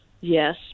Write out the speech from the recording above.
Yes